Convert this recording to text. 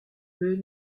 peu